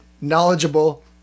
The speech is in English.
knowledgeable